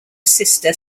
sister